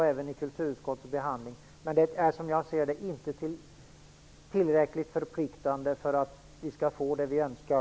Men det är inte tillräckligt förpliktande för att vi skall få det vi önskar.